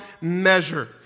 measure